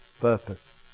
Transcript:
purpose